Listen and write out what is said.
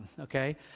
okay